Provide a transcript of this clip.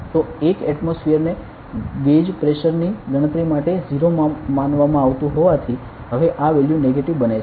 તો 1 એટમોસફીયરને gauge pressure ની ગણતરી માટે 0 માનવામાં આવતું હોવાથી હવે આ વેલ્યુ નેગેટિવ બને છે